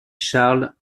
charles